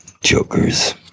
jokers